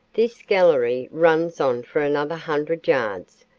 this gallery runs on for another hundred yards,